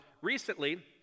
recently